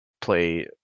play